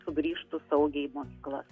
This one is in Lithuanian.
sugrįžtų saugiai į mokyklas